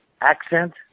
accent